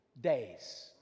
days